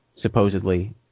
supposedly